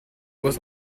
was